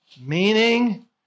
Meaning